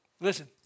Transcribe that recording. Listen